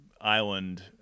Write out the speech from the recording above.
island